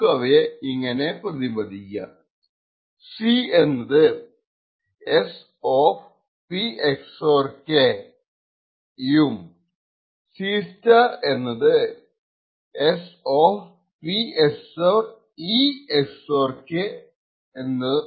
നമുക്കവയെ ഇങ്ങനെ പ്രതിപാദിക്കാം C SP XOR k C S P XOR e XOR k